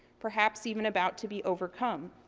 perhaps even about to be overcome.